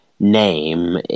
Name